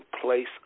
place